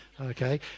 Okay